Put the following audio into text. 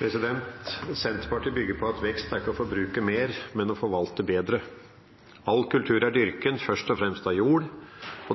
politikken. Senterpartiet bygger på at vekst ikke er å forbruke mer, men å forvalte bedre. All kultur er dyrking, først og fremst av jord.